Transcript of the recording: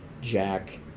Jack